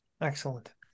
Excellent